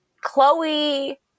Chloe